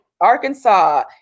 Arkansas